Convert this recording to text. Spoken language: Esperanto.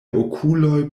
okuloj